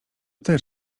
też